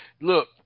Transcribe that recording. Look